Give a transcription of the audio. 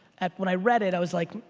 when i read it i was like,